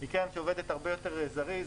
היא קרן שעובדת הרבה יותר זריז.